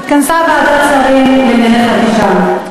התכנסה ועדת שרים לענייני חקיקה.